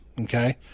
okay